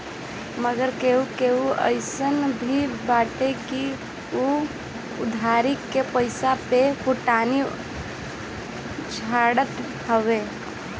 मगर केहू केहू अइसन भी बाटे की उ उधारी के पईसा पे फोटानी झारत हवे